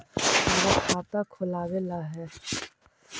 हमरा खाता खोलाबे ला है?